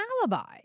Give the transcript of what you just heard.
alibi